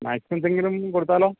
സ്നാക്സെന്തെങ്കിലും കൊടുത്താലോ